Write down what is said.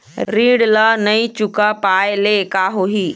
ऋण ला नई चुका पाय ले का होही?